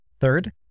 Third